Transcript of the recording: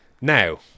Now